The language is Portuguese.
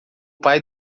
pai